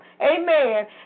Amen